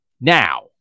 now